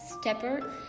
Stepper